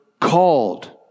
called